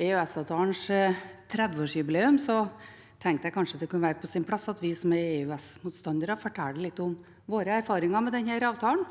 EØS-avtalens 30-årsjubileum, tenkte jeg kanskje det kunne være på sin plass at vi som er EØS-motstandere, forteller litt om våre erfaringer med denne avtalen